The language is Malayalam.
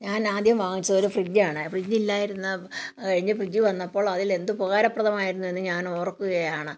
ഞാനാദ്യം വാങ്ങിച്ചത് ഒരു ഫ്രിഡ്ജാണ് ഫ്രിഡ്ജ് ഇല്ലായിരുന്നു കഴിഞ്ഞ് ഫ്രിഡ്ജ് വന്നപ്പോള് അതിൽ എന്ത് ഉപകാരപ്രദമായിരുന്നുവെന്ന് ഞാന് ഓര്ക്കുകയാണ്